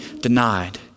denied